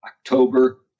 October